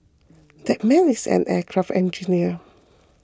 that man is an aircraft engineer